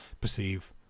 perceive